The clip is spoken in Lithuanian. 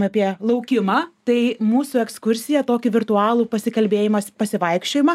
apie laukimą tai mūsų ekskursijaą tokį virtualų pasikalbėjimas pasivaikščiojimą